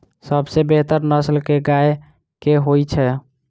सबसँ बेहतर नस्ल केँ गाय केँ होइ छै?